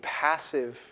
passive